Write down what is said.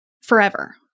forever